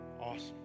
Awesome